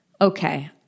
Okay